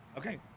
Okay